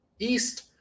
east